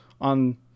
on